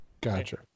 Gotcha